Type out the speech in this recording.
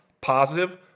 positive